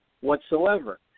whatsoever